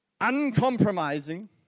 uncompromising